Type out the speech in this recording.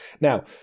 Now